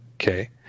okay